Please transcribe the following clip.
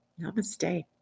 Namaste